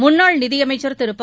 முன்னாள் நிதியமைச்சர் திரு ப